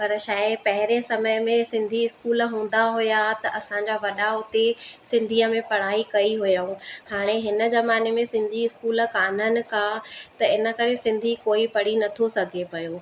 पर छा आहे पहिरें समय में सिंधी स्कूल हूंदा हुया त असांजा वॾा हुते सिंधीअ में पढ़ाई कई हुयऊं हाणे हिन ज़माने में सिंधी स्कूल काननि का त इन करे सिंधी कोई पढ़ी नथो सघे पियो